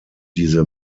diese